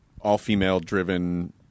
all-female-driven